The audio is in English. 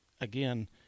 Again